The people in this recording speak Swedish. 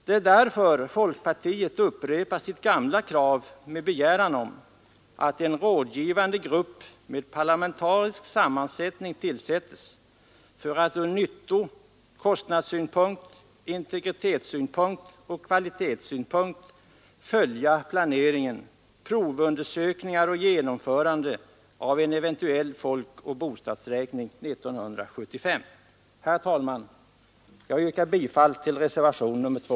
Det är därför folkpartiet upprepar sitt gamla krav att en rådgivande grupp med parlamentarisk sammansättning skapas för att från nyttooch kostnadssynpunkt, integritetssynpunkt och kvalitetssynpunkt följa planering, provundersökningar och genomförande av en eventuell folkoch bostadsräkning 1975. Herr talman! Jag yrkar bifall till reservationen 2.